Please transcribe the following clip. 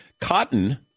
Cotton